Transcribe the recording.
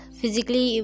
physically